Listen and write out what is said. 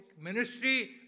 ministry